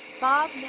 Bob